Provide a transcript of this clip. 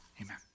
Amen